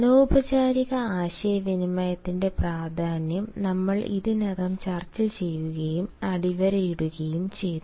അനൌപചാരിക ആശയവിനിമയത്തിന്റെ പ്രാധാന്യം നമ്മൾ ഇതിനകം ചർച്ച ചെയ്യുകയും അടിവരയിടുകയും ചെയ്തു